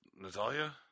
Natalia